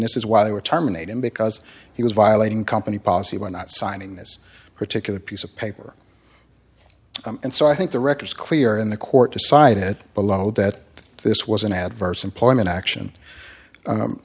this is why they were terminated because he was violating company policy we're not signing this particular piece of paper and so i think the record is clear in the court decided below that this was an adverse employment action